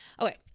Okay